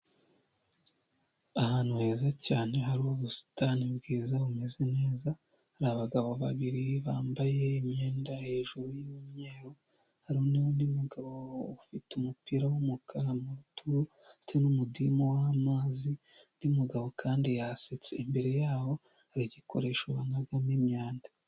Ahantu heza cyane hari ubusitani bwiza bumeze neza hari abagabo babiri bambaye imyenda hejuru y’umweru, hari nundi mugabo ufite umupira w’umukara mu rutugu, ndetse n’umudamu w’amazi umugabo kandi yasetse imbere yabo hari igikoresho banagamo imyanda.